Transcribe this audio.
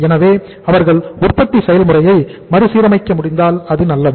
எனவே அவர்கள் உற்பத்தி செயல்முறையை மறுசீரமைக்க முடிந்தால் அது நல்லது